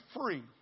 free